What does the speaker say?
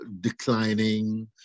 declining